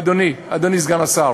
אדוני, אדוני סגן השר,